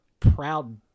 proud